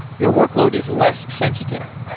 your workload is less sensitive.